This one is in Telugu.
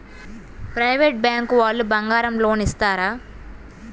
ప్రైవేట్ బ్యాంకు వాళ్ళు బంగారం లోన్ ఇస్తారా?